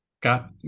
got